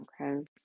okay